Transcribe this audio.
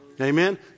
Amen